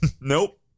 Nope